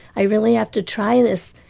i really have to try this.